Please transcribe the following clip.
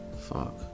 Fuck